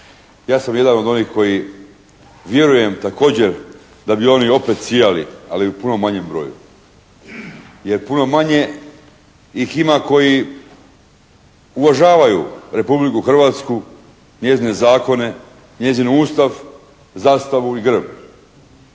Ja sam jedan od onih koji vjerujem također da bi oni opet sijali, ali u puno manjem broju, jer puno manje ih ima koji uvažavaju Republiku Hrvatsku, njezine zakone, njezin Ustav, zastavu i grb.